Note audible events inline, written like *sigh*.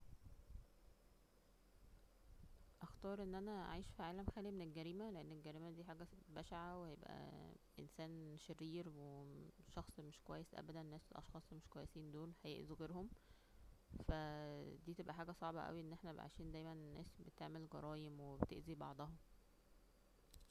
اختار ان انا اعيش فى عالم خالى من الجريمة, لان الجريمة, لان الجريمة دى حاجة بشعة, وهيبقى *hesitation* انسان شرير وشخص مش كويس ابدا, لان الناس او اشخاص اللى مش كويسين دول هيأذوا غيرهم فا *hesitation* دى تبقى حاجة صعبة اوى ان احنا نبقى عايشين دايما الناس بتعمل جرايم وبتأذى بعضها